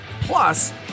Plus